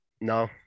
No